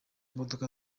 imodoka